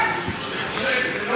תודה.